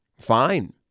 fine